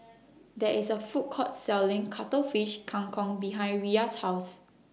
There IS A Food Court Selling Cuttlefish Kang Kong behind Riya's House